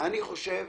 אני חושב